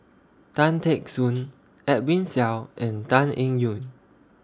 Tan Teck Soon Edwin Siew and Tan Eng Yoon